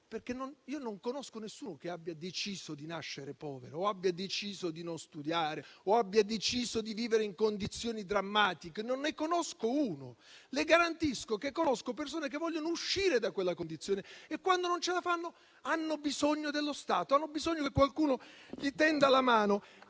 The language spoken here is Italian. perché io non conosco nessuno che abbia deciso di nascere povero, abbia deciso di non studiare o abbia deciso di vivere in condizioni drammatiche. Non ne conosco uno. Le garantisco che conosco persone che vogliono uscire da quella condizione e quando non ce la fanno hanno bisogno dello Stato, hanno bisogno che qualcuno tenda loro la mano.